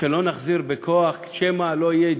לא נחזיר בכוח שמא לא יהיה,